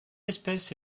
espèce